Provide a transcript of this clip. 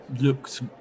looked